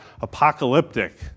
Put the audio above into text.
apocalyptic